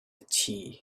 tea